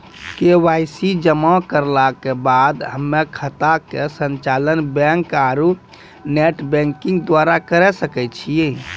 KYC जमा करला के बाद हम्मय खाता के संचालन बैक आरू नेटबैंकिंग द्वारा करे सकय छियै?